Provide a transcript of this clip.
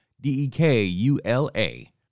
D-E-K-U-L-A